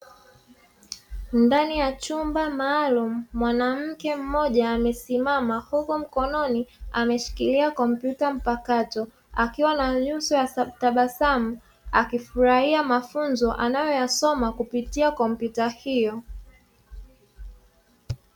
Ndani ya chumba maalumu mwanamke mmoja amesimama huku mkononi ameshikilia kompyuta mpakato, akiwa na nyuso ya tabasamu akifurahia mafunzo anayoyasoma kupitia kompyuta hiyo.